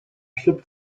ślub